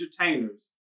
entertainers